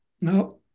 no